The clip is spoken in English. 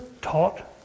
taught